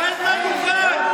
אתה אותו דבר.